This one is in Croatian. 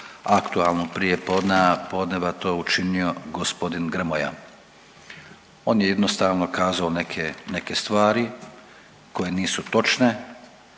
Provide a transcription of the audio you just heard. aktualnog prijepodneva to učinio g. Grmoja. On je jednostavno kazao neke stvari koje nisu točne,